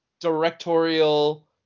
directorial